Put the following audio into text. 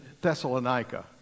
Thessalonica